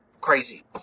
crazy